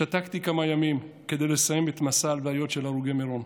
שתקתי כמה ימים כדי לסיים את מסע הלוויות של הרוגי מירון.